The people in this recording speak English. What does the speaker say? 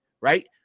right